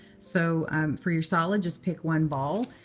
so for your solid, just pick one ball.